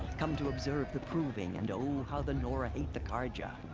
come to observe the proving, and oh how the nora hate the carja.